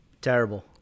Terrible